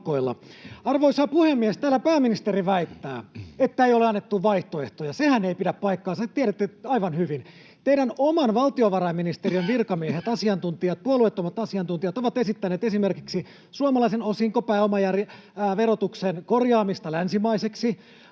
Arvoisa puhemies! Täällä pääministeri väittää, että ei ole annettu vaihtoehtoja. Sehän ei pidä paikkaansa, te tiedätte aivan hyvin. Teidän oman valtiovarainministeriön virkamiehet, puolueettomat asiantuntijat, ovat esittäneet esimerkiksi suomalaisen osinkopääomaverotuksen korjaamista länsimaiseksi.